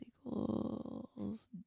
equals